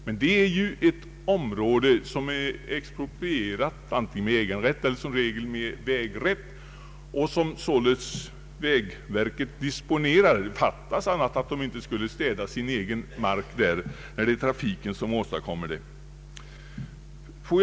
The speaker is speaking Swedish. Men det är ett område som exproprierats antingen med äganderätt eller med vägrätt och som således vägverket disponerar. Fattas bara att vägverket inte skulle städa sin egen mark, när det är trafiken som åstadkommer nedsmutsningen!